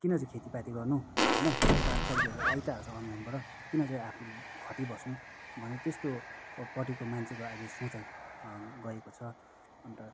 किन चाहिँ खेतीपाती गर्नु होइन साग सब्जीहरू आइ त हाल्छ अनलाइनबाट किन चाहिँ आफू खटिबस्नु भने त्यस्तोपट्टिको मान्छेको अहिले सोचाइ गएको छ अन्त